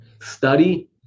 study